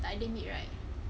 tak boleh meet right